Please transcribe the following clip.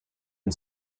and